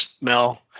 Mel